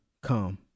come